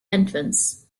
entrance